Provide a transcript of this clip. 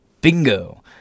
Bingo